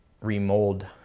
remold